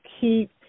keep